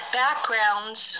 backgrounds